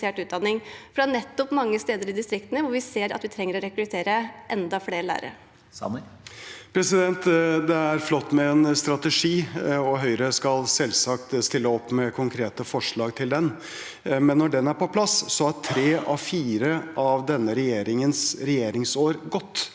for mange steder i distriktene ser vi at vi trenger å rekruttere enda flere lærere. Jan Tore Sanner (H) Det er flott med en strategi, og Høyre skal selvsagt stille opp med konkrete forslag til den, men når den er på plass, har tre av fire av denne regjeringens regjeringsår gått,